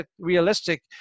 realistic